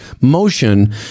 motion